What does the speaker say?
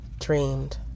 dreamed